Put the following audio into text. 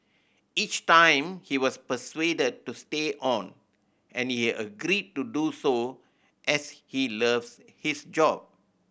each time he was persuaded to stay on and he agreed to do so as he loves his job